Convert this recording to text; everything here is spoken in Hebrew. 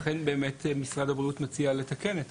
לכן באמת משרד הבריאות מציע לתקן את